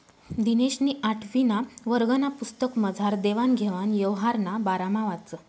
दिनेशनी आठवीना वर्गना पुस्तकमझार देवान घेवान यवहारना बारामा वाचं